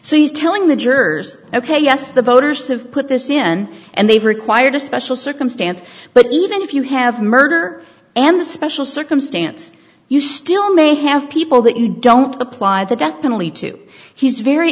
he's telling the jurors ok yes the voters have put this in and they've required a special circumstance but even if you have murder and the special circumstance you still may have people that you don't apply the death penalty to he's very